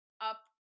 up